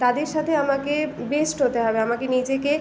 তাদের সাথে আমাকে বেস্ট হতে হবে আমাকে নিজেকে